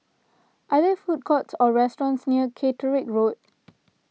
are there food courts or restaurants near Caterick Road